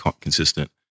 consistent